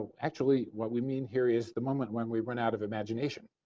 actually what we mean here is the moment when we run out of imagination.